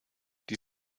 die